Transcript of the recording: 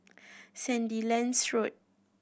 Sandilands Road